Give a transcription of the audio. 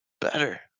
better